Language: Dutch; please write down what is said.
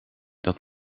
dat